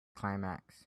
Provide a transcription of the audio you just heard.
climax